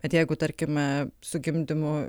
bet jeigu tarkime su gimdymu